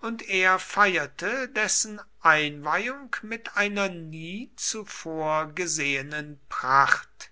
und er feierte dessen einweihung mit einer nie zuvor gesehenen pracht